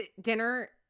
dinner